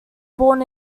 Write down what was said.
born